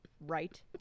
right